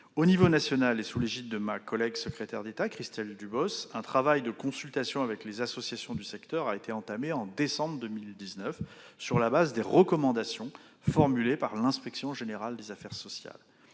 Au niveau national, et sous l'égide de ma collègue secrétaire d'État, Christelle Dubos, un travail de consultation avec les associations du secteur a été entamé en décembre 2019, sur la base des recommandations formulées par l'inspection générale des affaires sociales.